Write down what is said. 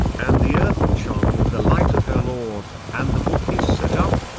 and the earth shone with the light of her lord, and the book is set up,